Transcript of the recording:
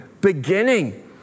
beginning